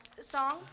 song